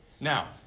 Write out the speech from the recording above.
Now